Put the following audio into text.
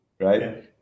right